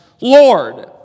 Lord